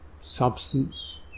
substance